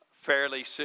fairly